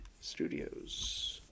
Studios